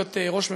להיות ראש ממשלה,